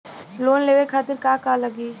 Loan लेवे खातीर का का लगी?